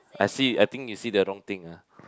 I see I think you see the wrong thing ah